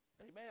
Amen